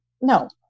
no